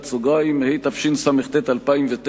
התשס"ט 2009,